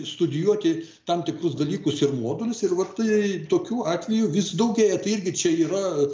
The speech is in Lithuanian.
studijuoti tam tikrus dalykus ir modulius ir va tai tokių atvejų vis daugėja tai irgi čia yra